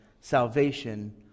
Salvation